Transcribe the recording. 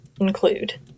include